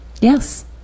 yes